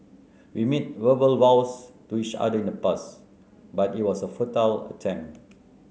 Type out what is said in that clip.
we made verbal vows to each other in the past but it was a futile attempt